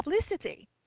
publicity